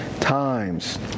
times